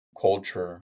culture